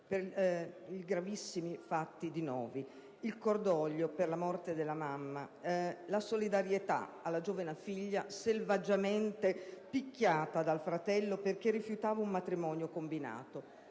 per i gravissimi fatti di Novi: il cordoglio per la morte della mamma Begum Shanhaz, la solidarietà alla giovane figlia Nosheen, selvaggiamente picchiata dal fratello perché rifiutava un matrimonio combinato.